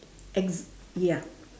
exa~ ya